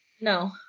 No